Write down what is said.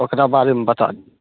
ओकरा बारेमे बता